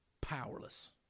powerless